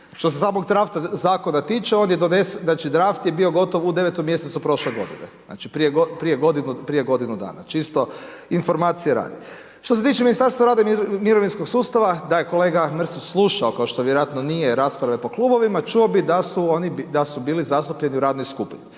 Što se samog drafta zakona tiče, on je donesen, znači draft je bio gotov u 9. mjesecu prošle godine. Znači, prije godinu dana, čisto informacije radi. Što se tiče Ministarstva rada i mirovinskog sustava da je kolega Mrsić slušao, kao što vjerojatno nije rasprave po klubovima, čuo bi da su bili zastupljeni u radnoj skupini.